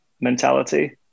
mentality